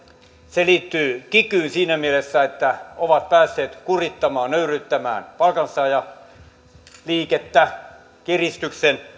se liittyy kikyyn siinä mielessä että he ovat päässeet kurittamaan nöyryyttämään palkansaajaliikettä kiristyksen